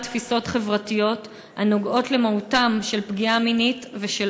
תפיסות חברתיות הנוגעות למהותם של פגיעה מינית ושל